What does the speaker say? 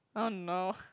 oh no